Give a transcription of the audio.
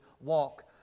walk